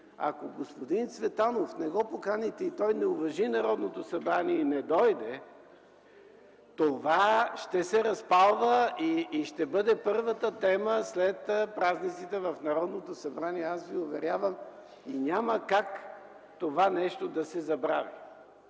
господин Цветанов и той не уважи Народното събрание и не дойде, това ще се разпалва и ще бъде първата тема след празниците в Народното събрание. Аз ви уверявам: няма как това нещо да се забрави.